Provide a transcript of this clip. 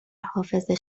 حافظه